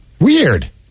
Weird